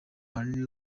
ahanini